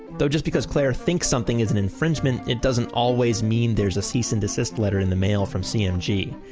though just because clare think something is an infringement, it doesn't always mean there's a cease and desist letter in the mail from cmg.